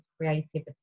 creativity